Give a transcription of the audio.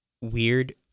weird